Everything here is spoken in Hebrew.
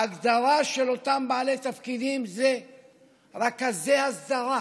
ההגדרה של אותם בעלי תפקידים היא רכזי הסדרה.